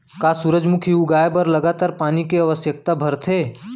का सूरजमुखी उगाए बर लगातार पानी के आवश्यकता भरथे?